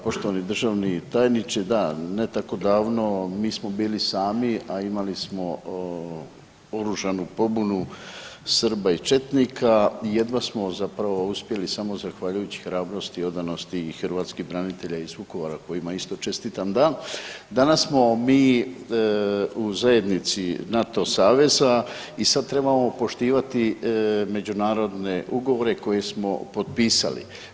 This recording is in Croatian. Poštovani državni tajniče, da, ne tako davno mi smo bili sami, a imali smo oružanu pobunu Srba i četnika i jedva smo zapravo uspjeli, samo zahvaljujući hrabrosti i odanosti i hrvatskih branitelja iz Vukovara kojima isto čestitam dan, danas smo mi u zajednici NATO saveza i sad trebamo poštivati međunarodne ugovore koje smo potpisali.